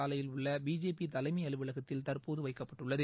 சாலையில் உள்ள பிஜேபி தலைமை அலுவலகத்தில் தற்போது வைக்கப்பட்டுள்ளது